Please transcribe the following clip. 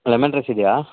lemon rice ಇದೆಯಾ